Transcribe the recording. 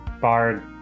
bard